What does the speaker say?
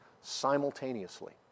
simultaneously